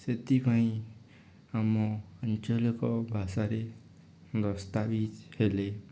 ସେଥିପାଇଁ ଆମ ଆଞ୍ଚଳିକ ଭାଷାରେ ଦସ୍ତାବିଜ ହେଲେ